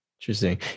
Interesting